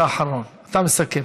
אתה אחרון, אתה מסכם.